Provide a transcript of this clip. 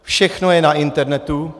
Všechno je na internetu.